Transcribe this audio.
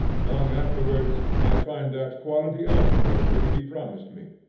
long afterwards i find that quality elsewhere which he promised me.